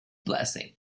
blessing